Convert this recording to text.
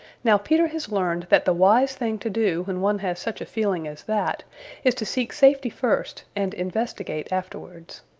now peter has learned that the wise thing to do when one has such a feeling as that is to seek safety first and investigate afterwards.